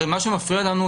הרי מה שמפריע לנו,